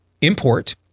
import